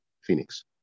Phoenix